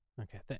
Okay